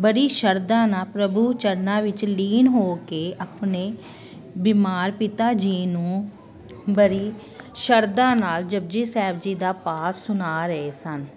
ਬੜੀ ਸ਼ਰਧਾ ਨਾਲ ਪ੍ਰਭੂ ਚਰਨਾਂ ਵਿੱਚ ਲੀਨ ਹੋ ਕੇ ਆਪਣੇ ਬਿਮਾਰ ਪਿਤਾ ਜੀ ਨੂੰ ਬੜੀ ਸ਼ਰਧਾ ਨਾਲ ਜਪੁਜੀ ਸਾਹਿਬ ਜੀ ਦਾ ਪਾਠ ਸੁਣਾ ਰਹੇ ਸਨ